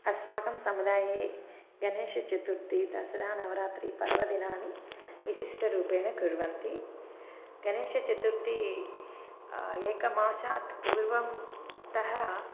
अस्माकं समुदाये गणेशचतुर्थी दसरा नवरात्रिः पर्वदिनानि विशिष्टरूपेण कुर्वन्ति गणेशचतुर्थी एकमासात् पूर्वं तः